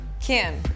Kim